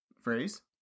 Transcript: phrase